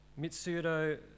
Mitsudo